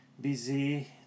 busy